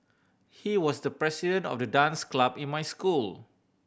he was the president of the dance club in my school